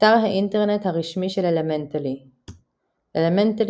אתר האינטרנט הרשמי של אלמנטלי אלמנטלי,